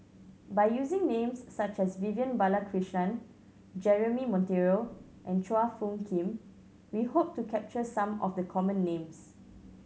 by using names such as Vivian Balakrishnan Jeremy Monteiro and Chua Phung Kim we hope to capture some of the common names